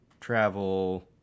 travel